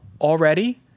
already